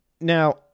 Now